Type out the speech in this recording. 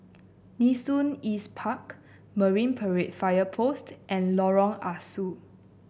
Nee Soon East Park Marine Parade Fire Post and Lorong Ah Soo